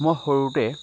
মই সৰুতে